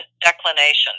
declination